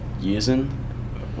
using